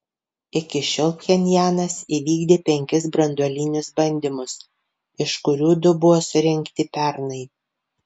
iki šiol pchenjanas įvykdė penkis branduolinius bandymus iš kurių du buvo surengti pernai